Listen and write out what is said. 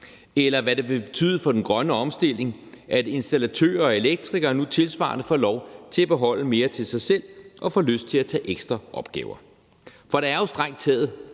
eller hvad det vil betyde for den grønne omstilling, at installatører og elektrikere nu tilsvarende får lov til at beholde mere til sig selv og får lyst til at tage ekstra opgaver. For der er jo strengt taget